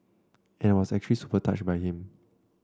and I was actually super touched by him